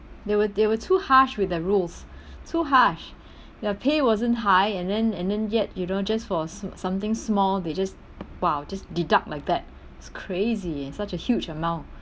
they were they were too harsh with the rules too harsh their pay wasn't high and then and then yet you know just for something small they just !wow! just deduct like that it's crazy and such a huge amount